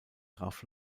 graf